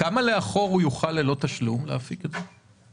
כמה לאחור הוא יוכל ללא תשלום להפיק את זה?